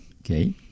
Okay